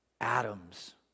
atoms